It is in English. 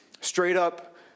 Straight-up